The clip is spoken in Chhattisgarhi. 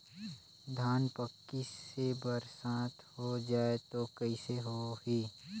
धान पक्की से बरसात हो जाय तो कइसे हो ही?